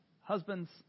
Husband's